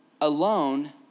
Alone